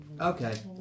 Okay